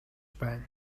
байна